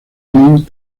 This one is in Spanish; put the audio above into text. janet